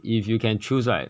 if you can choose right